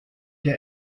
der